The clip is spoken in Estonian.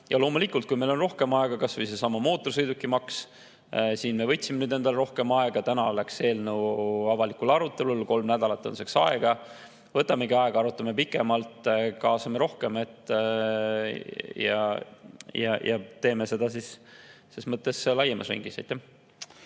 Loomulikult, kui meil on rohkem aega … Kasvõi sellesama mootorsõidukimaksu puhul me võtsime endale rohkem aega. Täna läks eelnõu avalikule arutelule, kolm nädalat on selleks aega. Võtamegi aega, arutame pikemalt, kaasame rohkem ja teeme seda laiemas ringis.